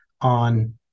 on